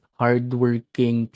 hardworking